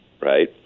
right